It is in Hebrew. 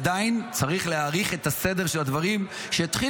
עדיין צריך להעריך את הסדר של הדברים שהתחיל